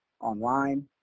online